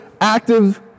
active